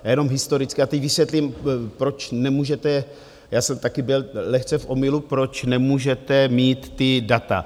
Jenom historicky, a teď vysvětlím, proč nemůžete, já jsem také byl lehce v omylu, proč nemůžete mít ta data.